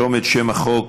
אני מבקש לרשום את שם החוק.